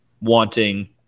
wanting